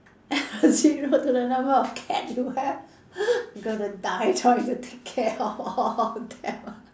zero to the number of cat you have I'm going to die take care of all of them